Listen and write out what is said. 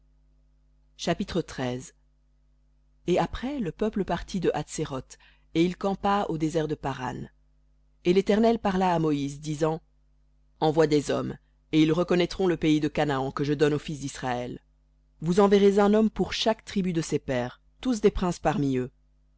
chapitre et après le peuple partit de hatséroth et il campa au désert de paran et l'éternel parla à moïse disant envoie des hommes et ils reconnaîtront le pays de canaan que je donne aux fils d'israël vous enverrez un homme pour chaque tribu de ses pères tous des princes parmi eux